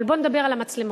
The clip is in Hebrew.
אבל בוא נדבר על המצלמות.